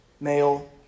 male